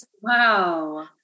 wow